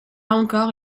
encore